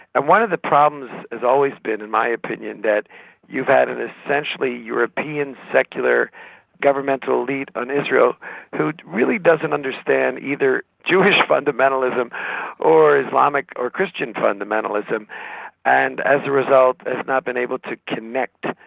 and one of the problems has always been in my opinion, that you've had an essentially european secular governmental elite in israel who really doesn't understand either jewish fundamentalism or islamic or christian fundamentalism and as a result has not been able to connect.